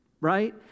Right